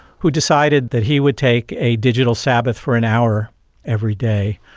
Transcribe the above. who decided that he would take a digital sabbath for an hour every day.